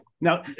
now